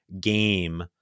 game